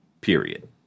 Period